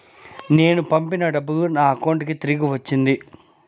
నేను పంపిన డబ్బులు నా అకౌంటు కి తిరిగి వచ్చింది